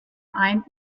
ein